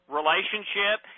relationship